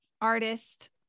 artist